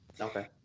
okay